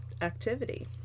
activity